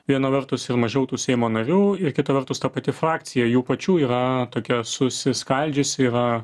viena vertus ir mažiau tų seimo narių ir kita vertus ta pati frakcija jų pačių yra tokia susiskaldžiusi yra